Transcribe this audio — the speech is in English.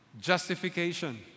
justification